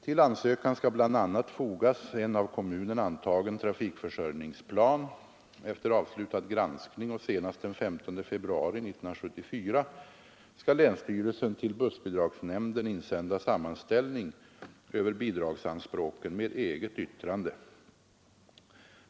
Till ansökan skall bl.a. fogas en av kommunen antagen trafikförsörjningsplan. Efter avslutad granskning och senast den 15 februari 1974 skall länsstyrelsen till bussbidragsnämnden insända sammanställning över bidragsanspråken med eget yttrande.